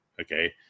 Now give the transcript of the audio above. okay